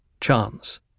Chance